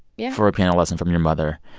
yeah. for a piano lesson from your mother.